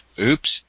oops